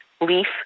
leaf